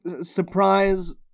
surprise